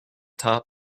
top